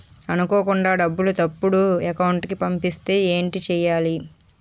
అనుకోకుండా డబ్బులు తప్పు అకౌంట్ కి పంపిస్తే ఏంటి చెయ్యాలి?